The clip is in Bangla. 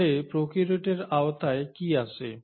তাহলে প্রোক্যারিওটের আওতায় কি আসে